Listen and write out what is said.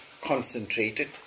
concentrated